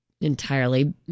entirely